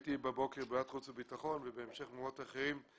הייתי בבוקר בוועדת חוץ וביטחון ובהמשך במקומות אחרים,